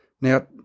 Now